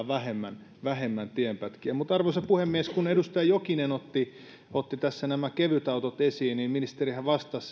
vähemmän vähemmän tienpätkiä arvoisa puhemies kun edustaja jokinen otti otti tässä nämä kevytautot esiin niin ministerihän vastasi